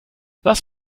lass